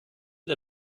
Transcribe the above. der